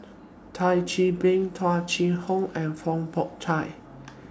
Thio Chan Bee Tung Chye Hong and Fong Pho Chai